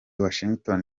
washington